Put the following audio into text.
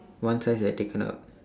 one slice had taken out